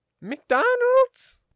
McDonald's